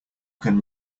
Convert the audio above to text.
can